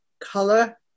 color